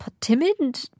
timid